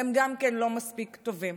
הם גם כן לא מספיק טובים,